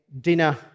dinner